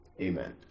Amen